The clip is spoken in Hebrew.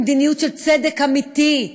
היא מדיניות של צדק אמיתי,